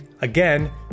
again